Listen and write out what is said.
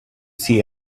see